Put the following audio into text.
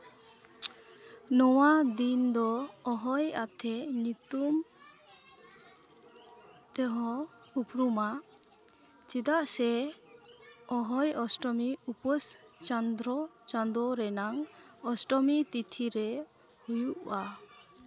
ᱱᱚᱣᱟ ᱫᱤᱱ ᱫᱚ ᱚᱦᱚᱭ ᱟᱛᱮ ᱧᱩᱛᱩᱢ ᱛᱮᱦᱚᱸᱭ ᱩᱯᱨᱩᱢᱟ ᱪᱮᱫᱟᱜ ᱥᱮ ᱚᱦᱚᱭ ᱚᱥᱴᱚᱢᱤ ᱩᱯᱟᱹᱥ ᱪᱚᱱᱫᱨᱚ ᱪᱟᱸᱫᱚ ᱨᱮᱱᱟᱜ ᱚᱥᱴᱚᱢᱤ ᱛᱤᱛᱷᱤ ᱨᱮ ᱦᱩᱭᱩᱜᱼᱟ